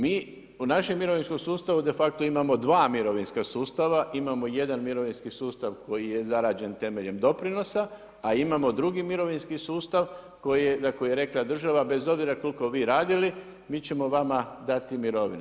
Mi u našem mirovinskom sustavu de facto imamo dva mirovinska sustava, imamo jedan mirovinski sustav koji je zarađen temeljem doprinosa, a imamo drugi mirovinski sustav za koji je rekla država bez obzira koliko vi radili, mi ćemo vama dati mirovine.